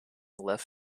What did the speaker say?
left